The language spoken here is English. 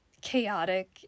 chaotic